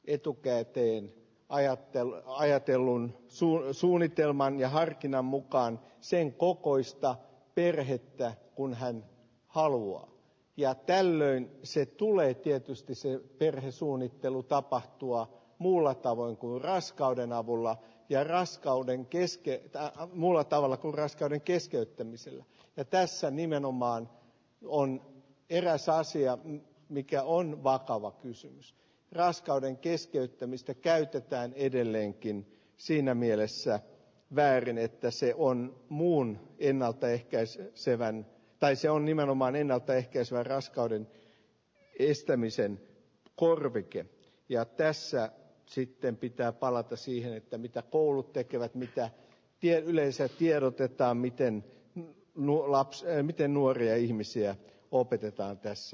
etukäteen ajattelun ajattelun suojelusuunnitelman ja harkinnan mukaan sen kukoistaa virhettä kun hän haluaa ja tällöin se tulee tietysti se perhesuunnittelu tapahtua muulla tavoin kuin raskauden avulla ja raskauden keskeyttää muulla tavalla kun raskauden keskeyttämisellä ja tässä nimenomaan luonnon eräs asia mikä on vakava kysymys raskauden keskeyttämistä käytetään edelleenkin siinä mielessä väärin että se on muun ennaltaehkäisy selvän tai se on nimenomaan ennaltaehkäisee raskauden yhdistämisen korvike ja tässä sitten pitää palata siihen että mitä koulut tekevät mikä vie yleensä tiedotetta miten minua lapseen miten nuoria ihmisiä opetetaan tässä